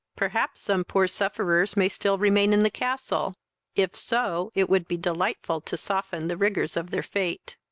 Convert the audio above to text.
perhaps some poor sufferers may still remain in the castle if so, it would be delightful to soften the rigours of their fate.